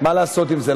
מה לעשות עם זה?